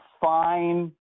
fine